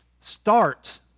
start